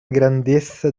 grandezza